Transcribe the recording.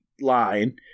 line